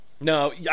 No